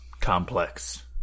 Complex